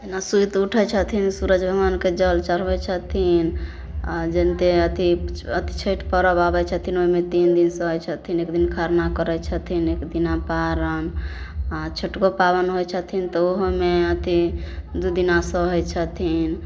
अपना सुति उठै छथिन सूरज भगवानके जल चढ़बै छथिन आ जैनते अथी छठि परब आबै छथिन ओहिमे तीन दिन सहै छथिन एकदिन खरना करै छथिन एकदिना पारन आ छोटको पाबनि होइ छथिन तऽ ओहोमे अथी दू दिना सहै छथिन